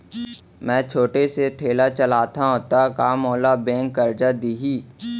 मैं छोटे से ठेला चलाथव त का मोला बैंक करजा दिही?